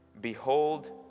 behold